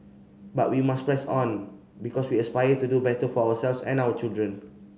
but we must press on because we aspire to do better for ourselves and our children